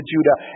Judah